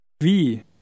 Wie